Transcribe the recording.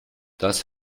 das